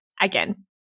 Again